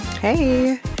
Hey